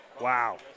Wow